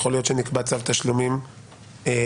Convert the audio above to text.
יכול להיות שנקבע צו תשלומים לבקשה,